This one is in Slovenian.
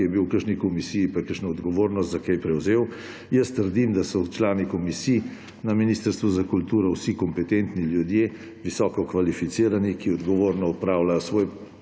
ki je bil v kakšni komisiji, pa je kakšno odgovornost za kaj prevzel. Trdim, da so člani komisij na Ministrstvu za kulturo vsi kompetentni ljudje, visoko kvalificirani, ki odgovorno opravljajo svoj